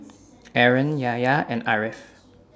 Aaron Yahya and Ariff